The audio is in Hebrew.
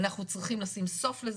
אנחנו צריכים לשים סוף לזה,